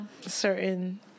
certain